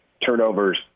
turnovers